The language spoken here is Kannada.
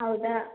ಹೌದಾ